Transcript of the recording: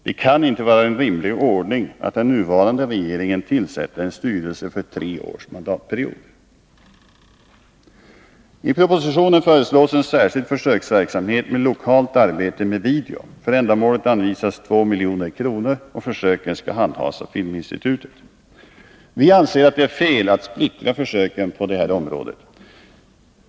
Det kan inte vara en rimlig ordning att den nuvarande regeringen tillsätter en styrelse för tre års mandatperiod. I propositionen föreslås en särskild försöksverksamhet med lokalt arbete med video. För ändamålet anvisas 2 milj.kr. Försöken skall handhas av Filminstitutet. Vi anser att det är fel att splittra försöken på detta område.